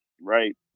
right